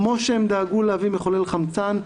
כמו שהם דאגו להביא מחולל חמצן,